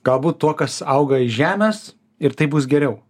galbūt tuo kas auga iš žemės ir taip bus geriau